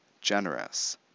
generous